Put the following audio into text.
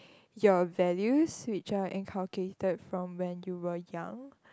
your values which are inculcated from when you were young